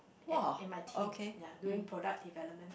in in my team ya doing product development